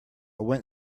went